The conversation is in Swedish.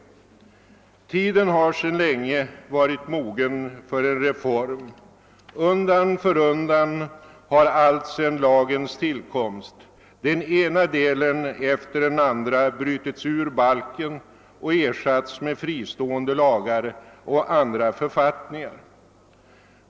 Tiden har sedan länge varit mogen för en reform. Undan för undan har alltsedan lagens tillkomst den ena delen efter den andra brutits ur balken och ersatts med fristående lagar och andra författningar.